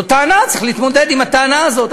זאת טענה, צריך להתמודד עם הטענה הזאת.